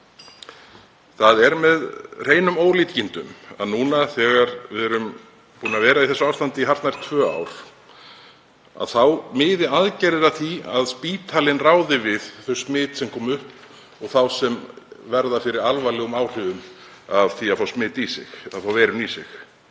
Það er með hreinum ólíkindum að núna þegar við erum búin að vera í þessu ástandi í hartnær tvö ár þá miði aðgerðir að því að spítalinn ráði við þau smit sem koma upp og þá sem verða fyrir alvarlegum áhrifum af því að fá veiruna í sig. Þetta varð mér